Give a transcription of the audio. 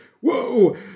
whoa